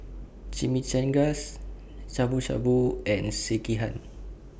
Chimichangas Shabu Shabu and Sekihan